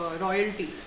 royalty